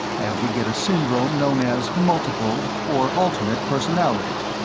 and we get a syndrome known as multiple, or alternate personality.